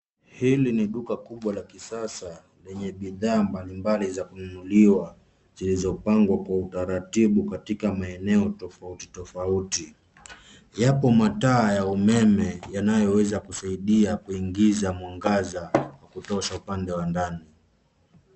Hili ni duka kubwa la kisasa lenye bidhaa mbalimbali za kunuliwa zilizopangwa kwa utaratibu katika maeneo tofautitofauti. Yapo mataa ya umeme yanayoweza kusaidia kuingiza mwangaza wa kutosha upande wa ndani.